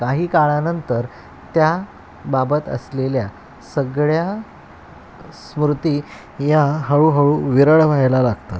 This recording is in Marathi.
काही काळानंतर त्या बाबत असलेल्या सगळ्या स्मृती या हळूहळू विरळ व्हायला लागतात